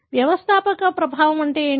వ్యవస్థాపక ప్రభావం అంటే ఏమిటి